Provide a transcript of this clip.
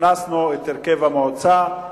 הכנסנו את הרכב המועצה,